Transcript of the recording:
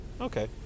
Okay